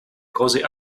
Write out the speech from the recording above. cozy